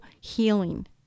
healing